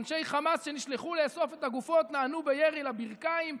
אנשי חמאס שנשלחו לאסוף את הגופות נענו בירי לברכיים.